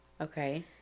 Okay